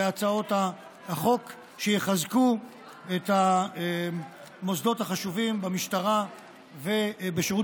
בהצעות החוק שיחזקו את המוסדות החשובים במשטרה ובשירות